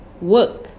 Work